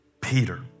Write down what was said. Peter